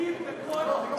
שתכיר בכל החובות,